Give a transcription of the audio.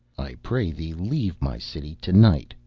i pray thee leave my city to-night,